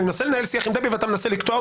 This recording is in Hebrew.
אני מנסה לנהל שיח עם דבי, ואתה מנסה לקטוע אותו.